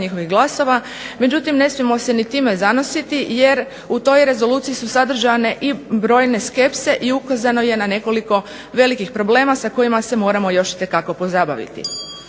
njihovih glasova, međutim ne smijemo se ni time zanositi, jer u toj rezoluciji su sadržane i brojne skepse i ukazano je na nekoliko velikih problema sa kojima se moramo još itekako pozabaviti.